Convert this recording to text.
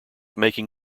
making